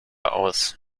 aus